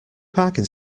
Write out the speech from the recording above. parking